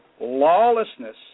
lawlessness